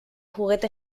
juguete